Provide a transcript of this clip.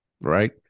Right